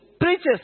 Preachers